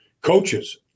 coaches